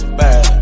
bad